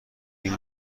این